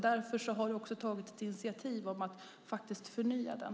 Därför har vi också tagit ett initiativ till att förnya den.